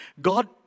God